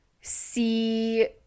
see